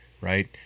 right